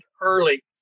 early